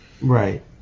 right